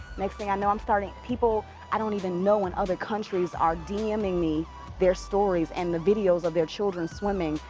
next thing i know i'm starting people i don't even know when other countries are dming me their stories and the videos of their children swimming,